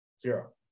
Zero